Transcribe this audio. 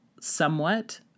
somewhat